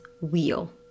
wheel